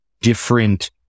different